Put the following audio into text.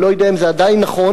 אני לא יודע אם זה עדיין נכון,